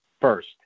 first